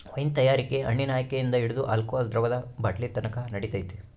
wine ತಯಾರಿಕೆ ಹಣ್ಣಿನ ಆಯ್ಕೆಯಿಂದ ಹಿಡಿದು ಆಲ್ಕೋಹಾಲ್ ದ್ರವದ ಬಾಟ್ಲಿನತಕನ ನಡಿತೈತೆ